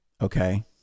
Okay